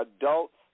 adults